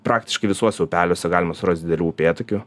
praktiškai visuose upeliuose galima surast didelių upėtakių